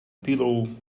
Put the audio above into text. pillow